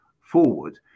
forward